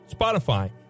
Spotify